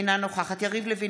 אינה נוכחת יריב לוין,